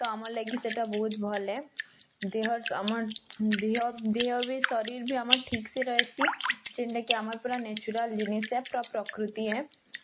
ତ ଆମ ଲାଗି ସେଇଟା ବହୁତ ଭଲ୍ହେ ଦେହ ସମ ଦିହ ଦିହ ବି ଶରୀର୍ ବି ଆମର୍ ଠିକ୍ସେ ରହିସି ଯେନ୍ତା କି ଆମର୍ ପୁରା ନେଚୁରାଲ୍ ଜିନିଷ ବା ପ୍ରକୃତି ହେ